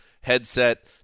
headset